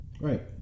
Right